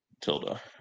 Tilda